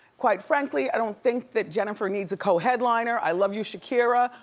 quite frankly, i don't think that jennifer needs a co-headliner, i love you, shakira,